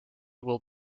will